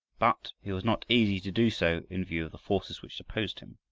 but it was not easy to do so in view of the forces which opposed him.